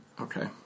Okay